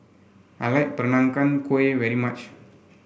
I like Peranakan Kueh very much